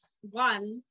one